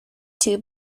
two